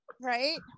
Right